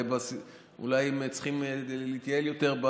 אולי הם צריכים להתייעל יותר,